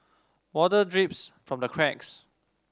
water drips from the cracks